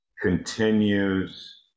continues